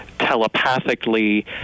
telepathically